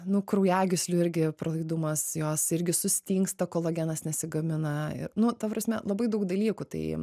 nu kraujagyslių irgi pralaidumas jos irgi sustingsta kolagenas nesigamina ir nu ta prasme labai daug dalykų tai